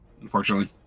unfortunately